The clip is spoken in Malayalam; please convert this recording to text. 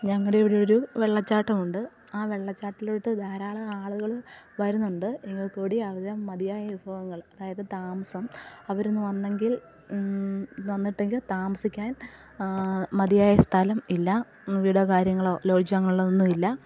ഞങ്ങളുടെ ഇവിടെയൊരു വെള്ളച്ചാട്ടം ഉണ്ട് ആ വെള്ളച്ചാട്ടത്തിലോട്ട് ധാരാളം ആളുകൾ വരുന്നുണ്ട് എങ്കിൽക്കൂടി അവിടെ മതിയായ വിഭവങ്ങൾ അതായത് താമസം അവരൊന്ന് വന്നെങ്കിൽ വന്നിട്ടെങ്കിൽ താമസിക്കാൻ മതിയായ സ്ഥലം ഇല്ല വീടോ കാര്യങ്ങളോ ലോഡ്ജോ അങ്ങനെയുള്ളതൊന്നും ഇല്ല